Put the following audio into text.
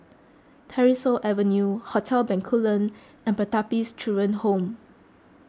Tyersall Avenue Hotel Bencoolen and Pertapis Children Home